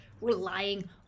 relying